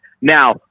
Now